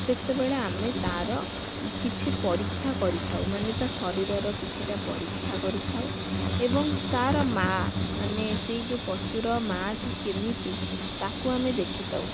ସେତେବେଳେ ଆମେ ତା'ର କିଛି ପରୀକ୍ଷା କରିଥାଉ ମାନେ ତା'ଶରୀରର କିଛିଟା ପରୀକ୍ଷା କରିଥାଉ ଏବଂ ତା'ର ମା'ମାନେ ସେଇ ଯେଉଁ ପଶୁର ମା'ଟି କେମିତି ତାକୁ ଆମେ ଦେଖିଥାଉ